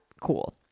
cool